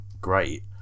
great